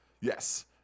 Yes